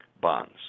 bonds